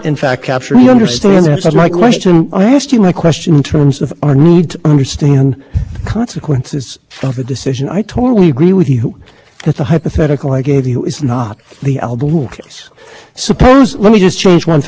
we apply here you you say in your brief that you say that sheriff reinforced sharif reinforces the view that that the court